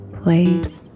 place